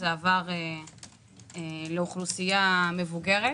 זה עבר לאוכלוסייה מבוגרת